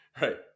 Right